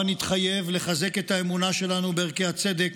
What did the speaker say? הבה נתחייב לחזק את האמונה שלנו בערכי הצדק,